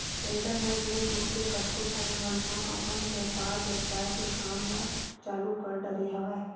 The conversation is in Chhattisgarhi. इंटरनेट ले जुड़के कतको झन मन ह अपन बेपार बेवसाय के काम ल चालु कर डरे हवय